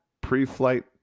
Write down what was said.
pre-flight